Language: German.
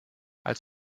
als